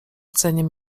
dzeniem